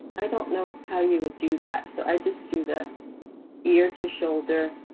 i don't know how you would do that, so i just do the ear to shoulder,